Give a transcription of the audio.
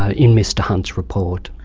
ah in mr hunt's report.